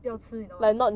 不要吃你懂嘛